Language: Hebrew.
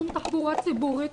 שום תחבורה ציבורית,